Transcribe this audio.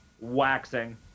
waxing